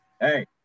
hey